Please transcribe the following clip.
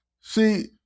See